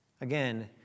Again